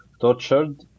tortured